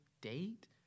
date